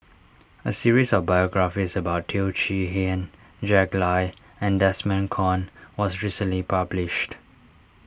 a series of biographies about Teo Chee Hean Jack Lai and Desmond Kon was recently published